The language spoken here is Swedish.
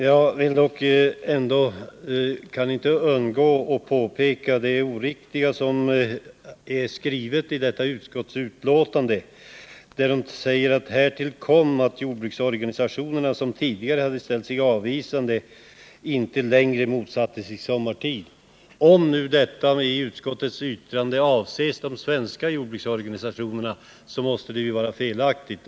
Jag kan dock inte underlåta att påpeka det oriktiga i det avsnitt i utskottsbetänkandet, där det sägs: ”Härtill kom att jordbruksorganisationerna som tidigare hade ställt sig avvisande inte längre motsatte sig sommartid.” Om därmed avses de svenska jordbruksorganisationerna måste det vara felaktigt.